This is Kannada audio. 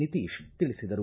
ನಿತೀಶ್ ತಿಳಿಸಿದರು